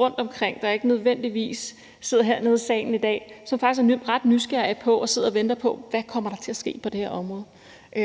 rundtomkring, som ikke nødvendigvis sidder hernede i salen i dag, men som også er ret nysgerrige på det, og som venter på, hvad der kommer til at ske på det her område.